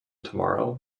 tomorrow